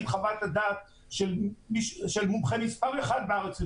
את חוות הדעת של מומחה מספר אחד בארץ בפרטיות.